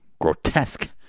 grotesque